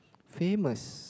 famous